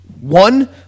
one